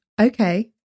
Okay